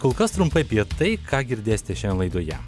kol kas trumpai apie tai ką girdėsite šiandien laidoje